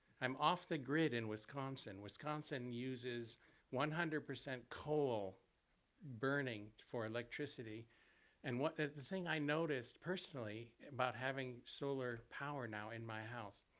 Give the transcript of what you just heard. i'm off the grid in wisconsin. wisconsin uses one hundred percent coal burning for electricity and the the thing i noticed personally about having solar power now in my house